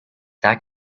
that